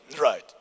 Right